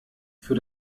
für